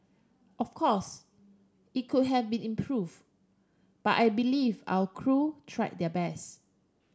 of course it could have been improve but I believe our crew try their best